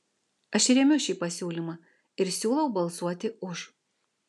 aš remiu šį pasiūlymą ir siūlau balsuoti už